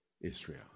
Israel